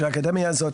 בבקשה,